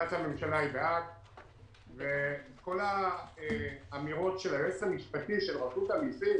עמדת הממשלה היא בעד וכל האמירות של היועץ המשפטי של רשות המסים